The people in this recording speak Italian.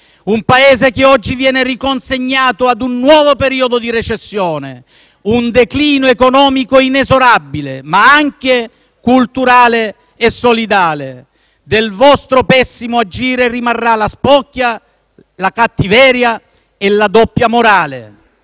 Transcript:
Un Paese che oggi viene riconsegnato ad un nuovo periodo di recessione, un inesorabile declino economico, ma anche culturale e solidale. Del vostro pessimo agire rimarrà la spocchia, la cattiveria e la doppia morale.